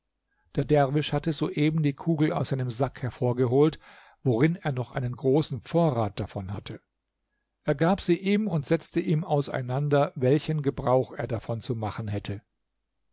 der derwisch hatte soeben die kugel aus seinem sack hervorgeholt worin er noch einen großen vorrat davon hatte er gab sie ihm und setzte ihm auseinander welchen gebrauch er davon zu machen hätte